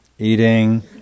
Eating